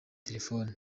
telefoni